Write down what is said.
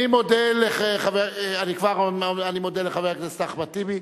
אני מודה לחבר הכנסת אחמד טיבי,